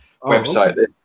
website